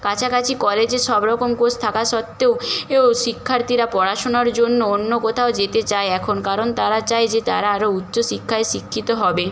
কাছাকাছি কলেজে সব রকম কোর্স থাকা সত্ত্বেও এও শিক্ষার্থীরা পড়াশোনার জন্য অন্য কোথাও যেতে চায় এখন কারণ তারা চায় যে তারা আরও উচ্চ শিক্ষায় শিক্ষিত হবে